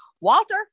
Walter